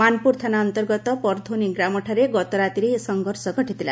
ମାନପୁର ଥାନା ଅନ୍ତର୍ଗତ ପରଧୋନି ଗ୍ରାମଠାରେ ଗତରାତିରେ ଏହି ସଂଘର୍ଷ ଘଟିଥିଲା